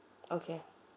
okay